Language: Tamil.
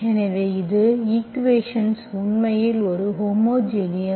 எனவே இது ஈக்குவேஷன் உண்மையில் ஒரு ஹோமோஜினியஸ்